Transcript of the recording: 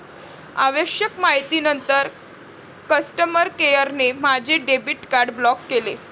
आवश्यक माहितीनंतर कस्टमर केअरने माझे डेबिट कार्ड ब्लॉक केले